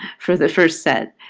for the first set,